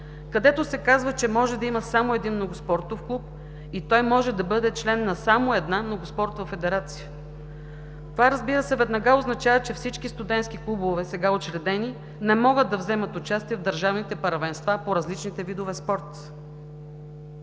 където се казва, че може да има само един многоспортов клуб и той може да бъде член на само една многоспортова федерация. Това веднага означава, че всички сега учредени студентски клубове не могат да вземат участие в държавните първенства по различните видове спорт.